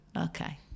Okay